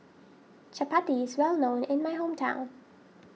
Chapati is well known in my hometown